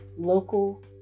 local